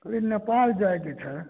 कहली नेपाल जायके छै